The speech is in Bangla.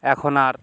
এখন আর